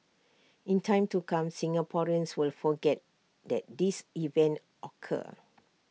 in time to come Singaporeans will forget that this event occur